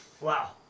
Wow